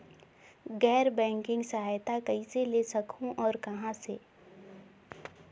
गैर बैंकिंग सहायता कइसे ले सकहुं और कहाँ से?